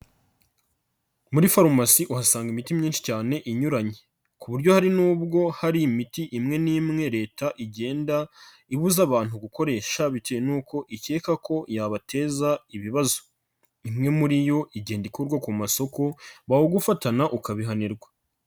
Muri farumasi uhasanga imiti myinshi cyane inyuranye ku buryo hari n'ubwo hari imiti imwe n'imwe leta igenda ibuza abantu gukoresha bitewe nuko ikeka ko yabateza ibibazo. Imwe muri yo igenda ikurwa ku masoko, bawugufatana ukabihanirwa.